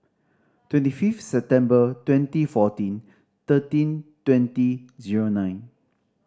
twenty fifth September twenty fourteen thirteen twenty zero nine